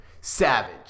Savage